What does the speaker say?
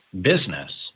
business